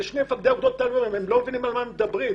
מדובר בשני מפקדי אוגדות שטוענים שהדוברים לא מבינים על מה הם מדברים.